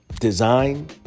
design